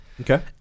Okay